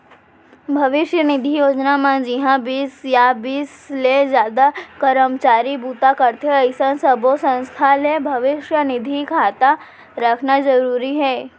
भविस्य निधि योजना म जिंहा बीस या बीस ले जादा करमचारी बूता करथे अइसन सब्बो संस्था ल भविस्य निधि खाता रखना जरूरी हे